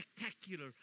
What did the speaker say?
spectacular